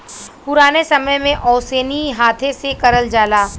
पुराने समय में ओसैनी हाथे से करल जाला